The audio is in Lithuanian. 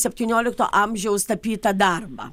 septyniolikto amžiaus tapytą darbą